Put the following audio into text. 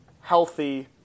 healthy